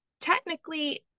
technically